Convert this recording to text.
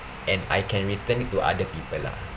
and I can return it to other people lah